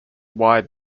wide